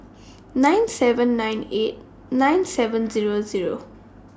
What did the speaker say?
nine seven nine eight nine seven Zero Zero